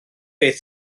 beth